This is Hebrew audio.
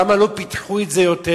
למה לא פיתחו את זה יותר?